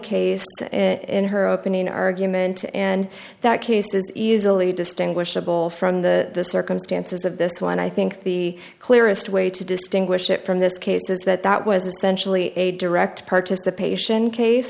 case in her opening argument and that case is easily distinguishable from the circumstances of this one i think the clearest way to distinguish it from this case is that that was essentially a direct participation case